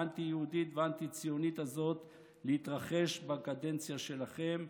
האנטי-יהודית והאנטי-ציונית הזאת להתרחש בקדנציה שלכם.